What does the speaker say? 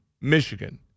Michigan